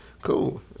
cool